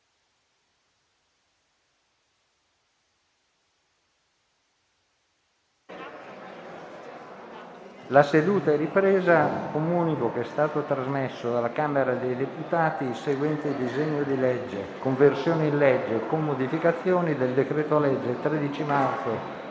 finestra"). Comunico che è stato trasmesso dalla Camera dei deputati il seguente disegno di legge: «Conversione in legge, con modificazioni, del decreto-legge 13 marzo